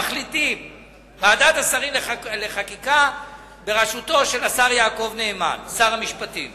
מחליטה ועדת השרים לחקיקה בראשותו של שר המשפטים